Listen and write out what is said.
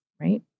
right